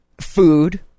food